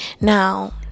now